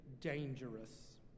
dangerous